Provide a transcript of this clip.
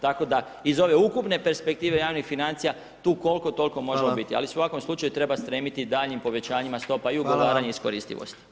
Tako da iz ove ukupne perspektive javnih financija tu koliko toliko [[Upadica: Hvala]] možemo biti… [[Govornik se ne razumije]] , ali u svakom slučaju treba stremiti daljnjim povećanjima stopa [[Upadica: Hvala]] i ugovaranje iskoristivosti.